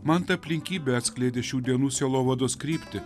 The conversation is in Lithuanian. man ta aplinkybė atskleidė šių dienų sielovados kryptį